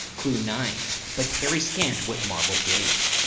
clue nine, but tarry scant with marvel gaze.